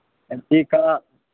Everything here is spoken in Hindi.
खर्चे का